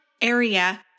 area